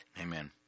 Amen